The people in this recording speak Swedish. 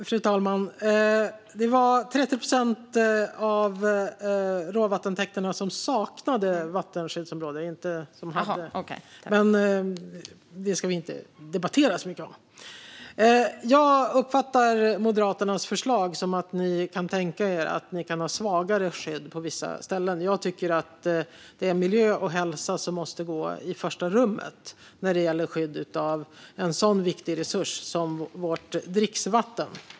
Fru talman! Det var 30 procent av råvattentäkterna som saknade vattenskyddsområde och inte som hade. Men det ska vi inte debattera så mycket om. Jag uppfattar Moderaternas förslag som att ni kan tänka er att ha svagare skydd på vissa ställen. Jag tycker att det är miljö och hälsa som måste gå i första rummet när det gäller skydd av en sådan viktig resurs som vårt dricksvatten.